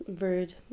rude